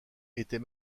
était